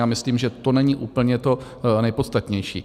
A myslím, že to není úplně to nejpodstatnější.